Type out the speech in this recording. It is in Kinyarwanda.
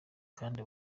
kandi